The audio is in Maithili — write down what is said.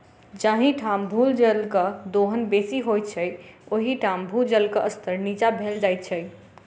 जाहि ठाम भूजलक दोहन बेसी होइत छै, ओहि ठाम भूजलक स्तर नीचाँ भेल जाइत छै